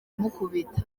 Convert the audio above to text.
amukubita